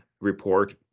report